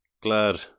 Glad